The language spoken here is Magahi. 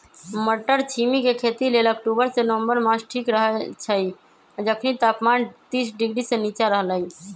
मट्टरछिमि के खेती लेल अक्टूबर से नवंबर मास ठीक रहैछइ जखनी तापमान तीस डिग्री से नीचा रहलइ